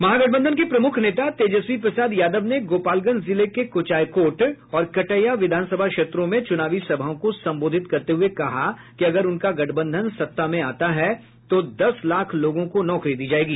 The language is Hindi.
महागठबंधन के प्रमुख नेता तेजस्वी प्रसाद यादव ने गोपालगंज जिले के कुचायकोट और कटैया विधानसभा क्षेत्रों में चुनावी सभाओं को संबोधित करते हुए कहा कि अगर उनका गठबंधन सत्ता में आता है तो दस लाख लोगों को नौकरी दी जाएगी